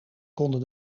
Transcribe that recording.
konden